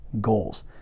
goals